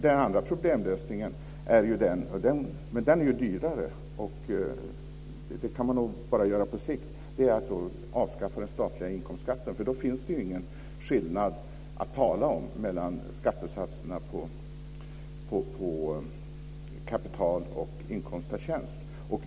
Den andra problemlösningen är - den är dyrare och kan bara göras på sikt - att avskaffa den statliga inkomstskatten, för då finns det ingen skillnad att tala om mellan skattesatserna på kapital och på inkomst av tjänst.